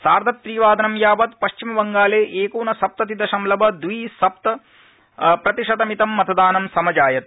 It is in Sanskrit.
सार्धत्रिवादनं यावत् पश्चिमबंगाले एकोनसप्तति दक्षमलव द्वि सप्त प्रतिशतमितं मतदानं समजायत